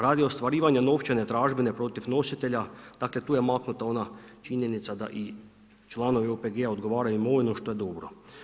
Radi ostvarivanja novčane tražbine protiv nositelja, dakle tu je maknuta ona činjenica da i članovi OPG-a odgovaraju imovinom što je dobro.